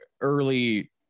early